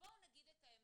בואו נגיד את האמת,